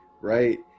right